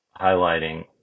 highlighting